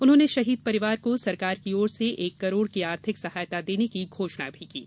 उन्होंने शहीद परिवार को सरकार की ओर से एक करोड़ की आर्थिक सहायता देने की घोषणा की है